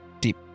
Deep